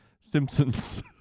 Simpsons